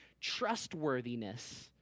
trustworthiness